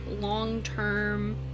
long-term